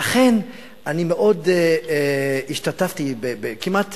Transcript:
ולכן מאוד השתתפתי, כמעט